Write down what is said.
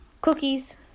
Cookies